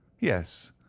yes